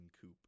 coop